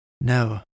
No